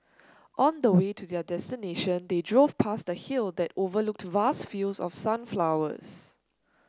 on the way to their destination they drove past a hill that overlooked vast fields of sunflowers